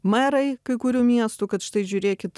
merai kai kurių miestų kad štai žiūrėkit